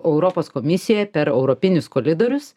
europos komisija per europinius kolidorius